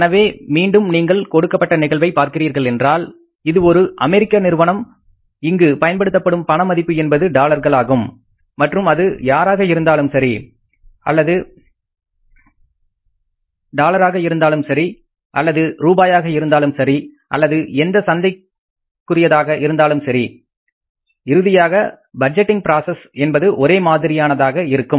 எனவே மீண்டும் நீங்கள் கொடுக்கப்பட்ட நிகழ்வை பார்க்கிறீர்கள் என்றால் இது ஒரு அமெரிக்க நிறுவனம் இங்கு பயன்படுத்தப்படும் பண மதிப்பு என்பது டாலர்களாகும் மற்றும் அது டாலராக இருந்தாலும் சரி அல்லது ரூபாயாக இருந்தாலும் சரி அல்லது எந்த சந்தைக்குறியதாக இருந்தாலும் சரி இறுதியாக பட்ஜ்டிங் ப்ராசஸ் என்பது ஒரே மாதிரியானதாக இருக்கும்